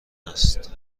است